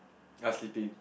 not sleeping